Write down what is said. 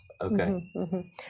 Okay